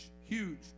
huge